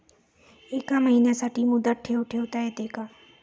एका महिन्यासाठी मुदत ठेव ठेवता येते का?